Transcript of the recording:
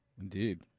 Indeed